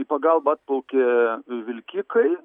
į pagalbą atplaukė vilkikai